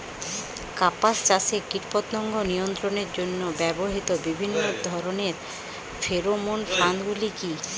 কাপাস চাষে কীটপতঙ্গ নিয়ন্ত্রণের জন্য ব্যবহৃত বিভিন্ন ধরণের ফেরোমোন ফাঁদ গুলি কী?